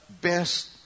best